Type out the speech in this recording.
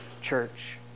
church